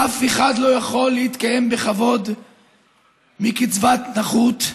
אף אחד לא יכול להתקיים בכבוד מקצבת נכות,